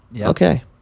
Okay